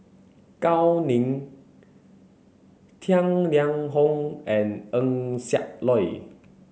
Gao Ning Tang Liang Hong and Eng Siak Loy